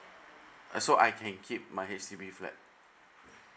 uh so I can keep my H_D_B flat